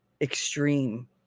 extreme